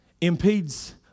impedes